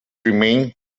remain